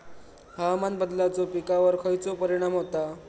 हवामान बदलाचो पिकावर खयचो परिणाम होता?